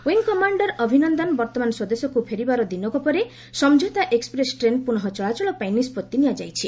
wing commander Abhinandan ବର୍ତ୍ତମାନ ସ୍ୱଦେଶକୁ ଫେରିବାର ଦିନକ ପରେ ସମ୍ଝୌତା ଏକ୍ୱପ୍ରେସ୍ ଟ୍ରେନ୍ ପୁନଃ ଚଳାଚଳ ପାଇଁ ନିଷ୍ପଭି ନିଆଯାଇଛି